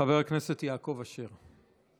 חבר הכנסת יעקב אשר.